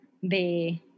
de